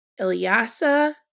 Ilyasa